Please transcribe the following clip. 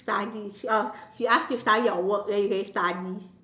study oh she ask you to study or work and then you say study